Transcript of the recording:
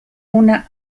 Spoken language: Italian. una